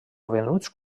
venuts